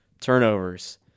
turnovers